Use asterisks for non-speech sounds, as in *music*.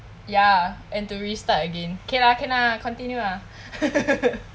ya and to restart again k lah can lah continue lah *laughs*